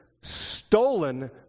stolen